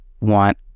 want